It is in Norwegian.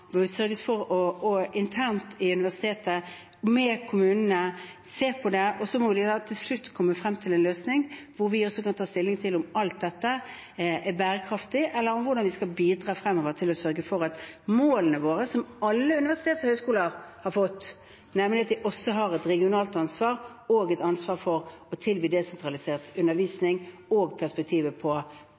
for å se på det internt ved universitetet med kommunene. Så må de til slutt komme frem til en løsning, hvor vi også kan ta stilling til om alt dette er bærekraftig, eller hvordan vi skal bidra fremover for å sørge for at målene våre – som alle universiteter og høyskoler har fått, nemlig at de også har et regionalt ansvar og et ansvar for å tilby desentralisert undervisning, og at perspektiver på